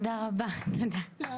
(היו"ר